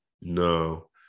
No